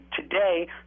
today